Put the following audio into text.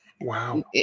Wow